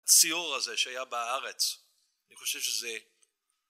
הציור הזה שהיה בהארץ, אני חושב שזה...